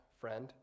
friend